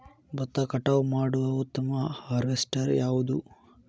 ಭತ್ತ ಕಟಾವು ಮಾಡುವ ಉತ್ತಮ ಹಾರ್ವೇಸ್ಟರ್ ಯಾವುದು?